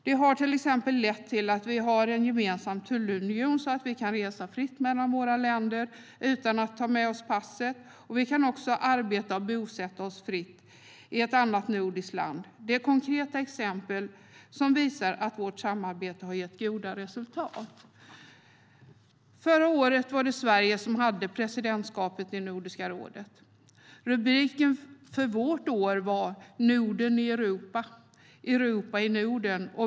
Det har till exempel lett till att vi har en gemensam tullunion så att vi kan resa fritt mellan våra länder utan att ta med passet. Vi kan också arbeta och bosätta oss fritt i ett annat nordiskt land. Det är konkreta exempel som visar att vårt samarbete har gett goda resultat. Förra året var det Sverige som hade presidentskapet i Nordiska rådet. Rubriken för vårt år var Norden i Europa - Europa i Norden.